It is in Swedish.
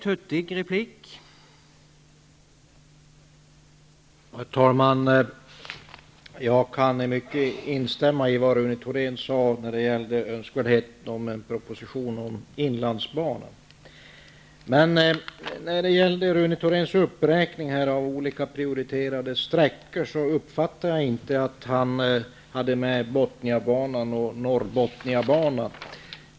Herr talman! I mångt och mycket kan jag instämma i det som Rune Thorén sade om det önskvärda med en proposition om inlandsbanan. Men när det gäller Rune Thoréns uppräkning här av olika prioriterade sträckor uppfattar jag inte att han hade med Bothniabanan och Norrbottniabanan.